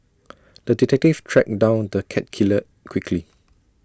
the detective tracked down the cat killer quickly